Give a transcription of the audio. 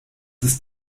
ist